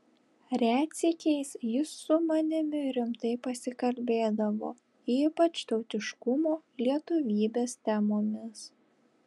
retsykiais jis su manimi rimtai pasikalbėdavo ypač tautiškumo lietuvybės temomis